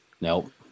Nope